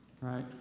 right